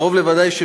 קרוב לוודאי,